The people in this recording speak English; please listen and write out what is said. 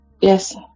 Yes